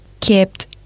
kept